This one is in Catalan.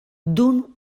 duu